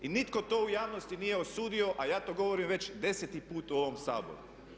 I nitko to u javnosti nije osudio a ja to govorim već 10.-ti put u ovom Saboru.